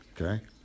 okay